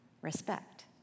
respect